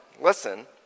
listen